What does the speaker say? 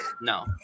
No